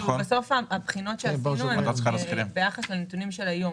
בסוף הבחינות שעשינו הן ביחס לנתונים של היום.